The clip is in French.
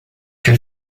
que